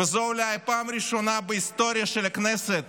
וזו אולי הפעם הראשונה בהיסטוריה של הכנסת